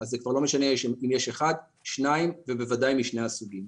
זה לא משנה אם יש אחד, שניים ובוודאי משני הסוגים.